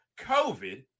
COVID